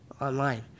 online